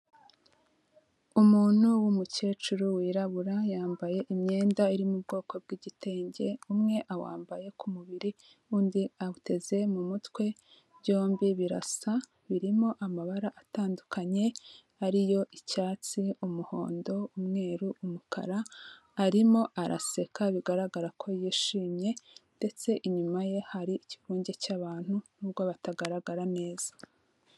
Umuntu w'umukecuru wirabura, yambaye imyenda iri mu bwoko bw'igitenge, umwe awambaye ku mubiri undi awuteze mu mutwe, byombi birasa, birimo amabara atandukanye ari yo: icyatsi, umuhondo, umweru, umukara, arimo araseka, bigaragara ko yishimye ndetse inyuma ye hari ikivunge cy'abantu nubwo batagaragara neza.